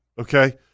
Okay